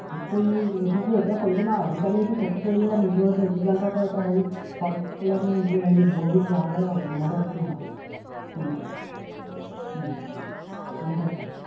ঠিক কৰি সেইটোতো এতিয়া কৰিব নোৱাৰা আজিকালি সেইটো খেতি কৰিলে নিজৰ সেইটো এগ্ৰিকালচাৰৰ পৰা এটা হেৰি ফৰ্ম পেলাই পিনি নিজে হেৰি বৰ'হিল বহালেহে হ'ব নহ'লে একো নহয় তেনেকে গম পাইছা